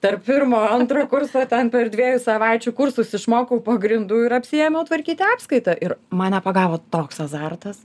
tarp pirmo antro kurso ten per dviejų savaičių kursus išmokau pagrindų ir apsiėmiau tvarkyti apskaitą ir mane pagavo toks azartas